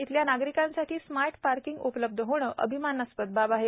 इथल्या नागरिकांसाठी smart parking उपलब्ध होणे अभिमानास्पद बाब आहे